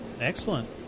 Excellent